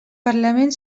parlament